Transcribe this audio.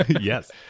Yes